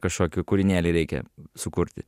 kažkokį kūrinėlį reikia sukurti